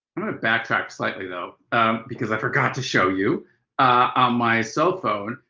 backtrack slightly though because i forgot to show you on my cell phone,